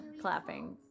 clapping